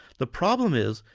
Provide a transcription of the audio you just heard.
the problem is,